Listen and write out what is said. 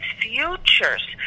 futures